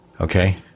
Okay